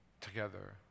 together